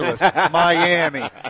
Miami